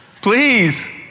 Please